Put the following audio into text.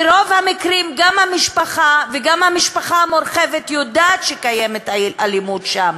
ברוב המקרים גם המשפחה וגם המשפחה המורחבת יודעת שקיימת אלימות שם.